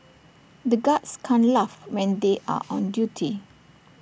the guards can't laugh when they are on duty